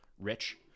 Rich